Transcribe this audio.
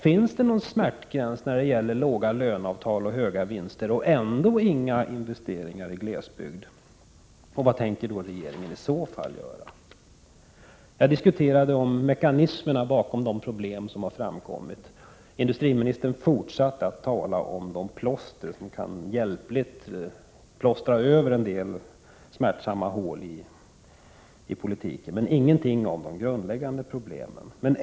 Finns det någon smärtgräns när det gäller låga löneavtal och höga vinster och ändå inga investeringar i glesbygd? Vad tänker regeringen i så fall göra? Jag talade om mekanismerna bakom de problem som har framkommit. Industriministern fortsatte att tala om de plåster som hjälpligt kan lappa över en del smärtsamma hål i politiken, men han sade ingenting om de grundläggande problemen.